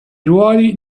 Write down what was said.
ruoli